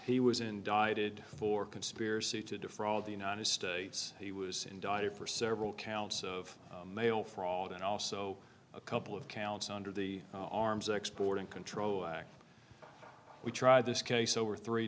he was indicted for conspiracy to defraud the united states he was indicted for several counts of mail fraud and also a couple of counts under the arms export and control act we tried this case over three